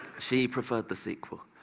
she preferred the sequel.